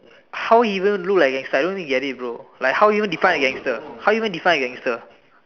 how he even look like gangster I don't get it bro like how you even define a gangster how you even define a gangster